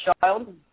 child